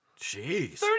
Jeez